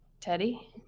Teddy